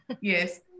Yes